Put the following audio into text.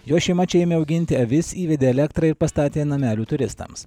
jo šeima čia ėmė auginti avis įvedė elektrą ir pastatė namelių turistams